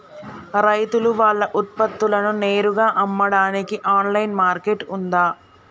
రైతులు వాళ్ల ఉత్పత్తులను నేరుగా అమ్మడానికి ఆన్లైన్ మార్కెట్ ఉందా?